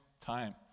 time